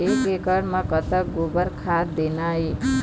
एक एकड़ म कतक गोबर खाद देना ये?